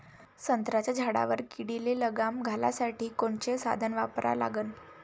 संत्र्याच्या झाडावर किडीले लगाम घालासाठी कोनचे साधनं वापरा लागन?